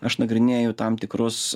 aš nagrinėju tam tikrus